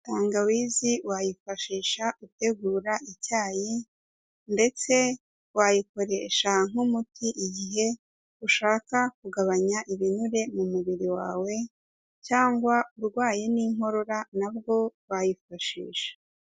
Tangawizi wayifashisha utegura icyayi ndetse wayikoresha nk'umuti igihe ushaka kugabanya ibinure mu mubiri wawe cyangwa urwaye n'inkorora na bwo wayifashisha.